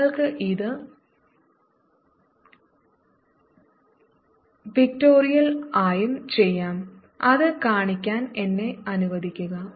നിങ്ങൾക്ക് ഇത് വിക്ടോറിയൽ ആയും ചെയ്യാം അത് കാണിക്കാൻ എന്നെ അനുവദിക്കുക